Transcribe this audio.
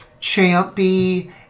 Champy